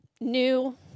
new